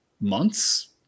months